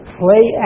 play